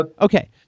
Okay